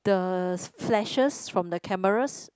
the flashes from the cameras